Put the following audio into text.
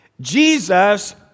Jesus